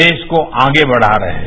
देश को आगे बढ़ा रहे हैं